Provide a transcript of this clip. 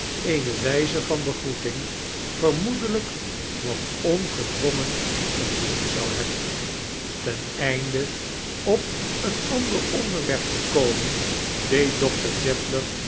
zulkeeme wijze van begxoeting vermoedeiijk wat ongedwongen genoemd zou hebben ten einde op een ander onderwerp te komen deed